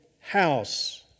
house